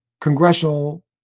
congressional